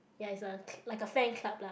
ya is a cl~ like a fan club lah